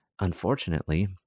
unfortunately